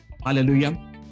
Hallelujah